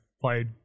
played